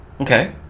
Okay